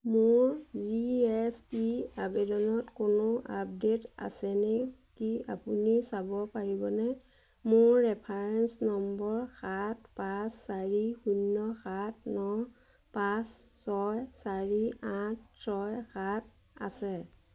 মোৰ G S T আৱেদনত কোনো আপডেট আছে নেকি আপুনি চাব পাৰিবনে মোৰ ৰেফাৰেন্স নম্বৰ সাত পাঁচ চাৰি শূন্য সাত ন পাঁচ ছয় চাৰি আঠ ছয় সাত আছে